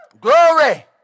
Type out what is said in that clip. Glory